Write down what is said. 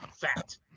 fat